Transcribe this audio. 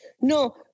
no